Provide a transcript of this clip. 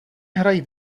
hrají